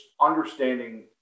understanding